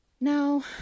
Now